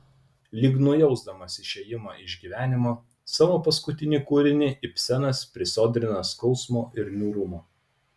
lyg nujausdamas išėjimą iš gyvenimo savo paskutinį kūrinį ibsenas prisodrina skausmo ir niūrumo